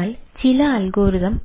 അതിനാൽ ചില അൽഗോരിതം